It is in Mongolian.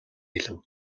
хэлэв